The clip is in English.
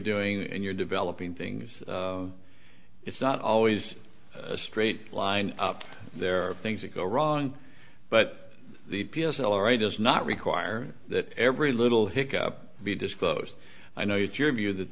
doing and you're developing things it's not always a straight line up there are things that go wrong but the p s l right does not require that every little hick up be disclosed i know it's your view that